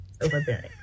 overbearing